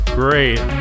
great